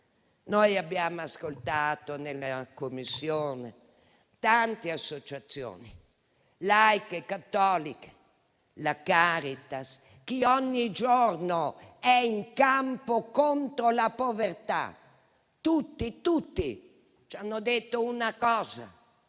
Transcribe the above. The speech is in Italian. Abbiamo ascoltato in Commissione tante associazione laiche e cattoliche, fra cui la Caritas, che ogni giorno è in campo contro la povertà, e tutte ci hanno detto una cosa: